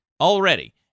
already